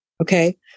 Okay